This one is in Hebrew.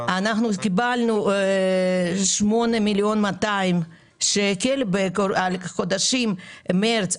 אנחנו קיבלנו 8,200,000 שקל על חודשים מרץ,